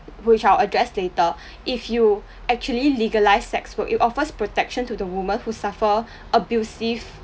we shall address later if you actually legalised sex work you offers protection to the woman who suffer abusive